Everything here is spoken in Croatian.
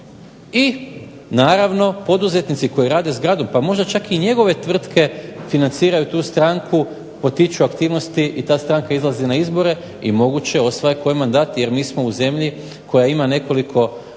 i naravno poduzetnici koji rade zgradu pa možda čak i njegove tvrtke financiraju tu stranku, potiču aktivnosti i ta stranka izlazi na izbore i moguće osvaja koji mandat jer mi smo u zemlji koja ima nekoliko,